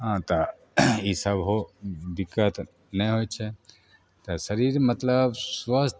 हँ तऽ ईसब हो दिक्कत नहि होइ छै तऽ शरीर मतलब स्वस्थ